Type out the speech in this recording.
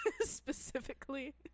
specifically